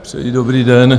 Přeji dobrý den.